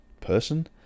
person